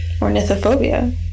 ornithophobia